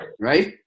right